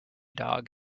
dog